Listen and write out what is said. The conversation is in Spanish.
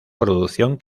producción